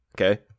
Okay